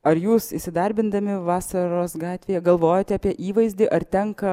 ar jūs įsidarbindami vasaros gatvėje galvojote apie įvaizdį ar tenka